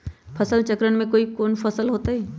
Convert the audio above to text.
फसल चक्रण में कौन कौन फसल हो ताई?